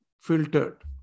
filtered